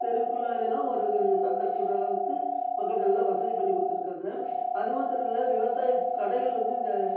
தெருக்குள்ளலையிலாம் ஒரு இது சந்தை கூடுகிற அளவுக்கு மக்கள் நல்ல வசதி பண்ணிக் கொடுத்துருக்காங்க அதுமாத்திரம் இல்லை விவசாயக் கடைகள் வந்து இந்த